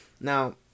Now